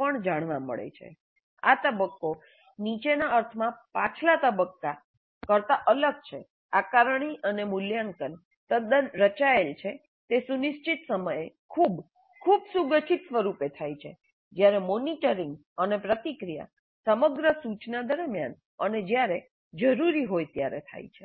પણ જાણવા મળે છે આ તબક્કો નીચેના અર્થમાં પાછલા તબક્કા આકારણી અને મૂલ્યાંકન કરતા અલગ છે આકારણી અને મૂલ્યાંકન તદ્દન રચાયેલ છે તે સુનિશ્ચિત સમયે ખૂબ ખૂબ સુગઠિત સ્વરૂપે થાય છે જ્યારે મોનિટરિંગ અને પ્રતિક્રિયા સમગ્ર સૂચના દરમિયાન અને જ્યારે જરૂરી હોય ત્યારે થાય છે